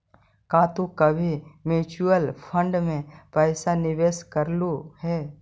का तू कभी म्यूचुअल फंड में पैसा निवेश कइलू हे